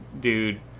dude